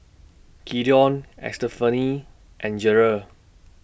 Gideon Estefany and Gerard